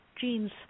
genes